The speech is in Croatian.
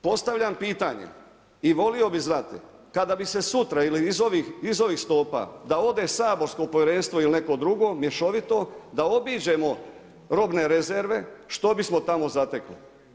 Postavljam pitanje i volio bih znati kada bi se sutra ili iz ovih stopa, da ode saborsko povjerenstvo ili neko drugo mješovito, da obiđemo robne rezerve što bismo tamo zatekli.